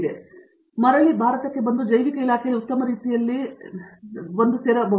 Satyanarayana N Gummadi ನಂತರ ಮರಳಿ ಬಂದು ಜೈವಿಕ ಇಲಾಖೆಯಲ್ಲಿ ಉತ್ತಮ ರೀತಿಯಲ್ಲಿ ನಮ್ಮನ್ನು ಸೇರಿಕೊಳ್ಳಿ